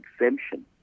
exemption